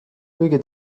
kõige